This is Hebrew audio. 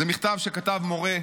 זה מכתב שכתב מורה,